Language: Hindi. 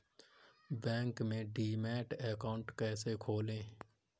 बैंक में डीमैट अकाउंट कैसे खोलें?